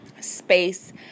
space